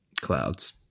clouds